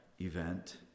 event